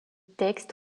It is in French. texte